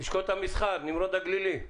לשכות המסחר, בבקשה.